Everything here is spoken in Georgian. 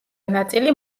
ნაწილი